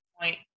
point